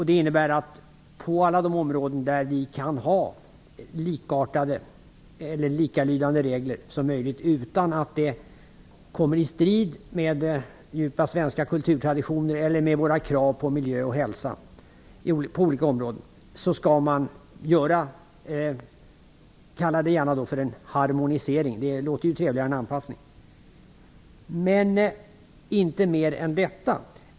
Det innebär att vi på alla de områden där vi kan ha likartade eller likalydande regler, utan att de kommer i strid med djupa svenska kulturtraditioner eller med våra krav på miljö-och hälsoområdet, skall göra en harmonisering - kalla det gärna för en harmonisering för det låter trevligare än en anpassning. Men inte mer än detta.